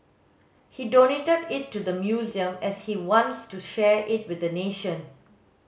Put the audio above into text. he donated it to the museum as he wants to share it with the nation